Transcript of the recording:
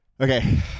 Okay